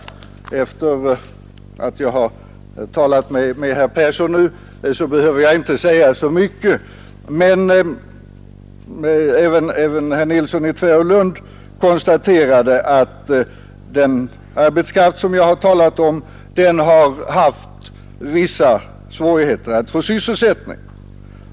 Sedan jag nu har talat med herr Persson i Stockholm behöver jag inte säga så mycket. Även herr Nilsson i Tvärålund konstaterade att den arbetskraft som jag har talat om har haft vissa svårigheter att få sysselsättning.